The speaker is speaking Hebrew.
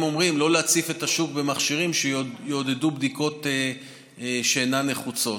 הם אומרים: לא להציף את השוק במכשירים שיעודדו בדיקות שאינן נחוצות.